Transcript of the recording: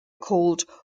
called